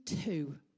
two